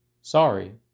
Sorry